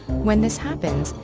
when this happens,